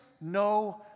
no